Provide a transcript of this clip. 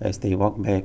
as they walked back